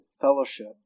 fellowship